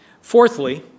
Fourthly